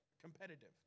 competitive